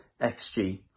XG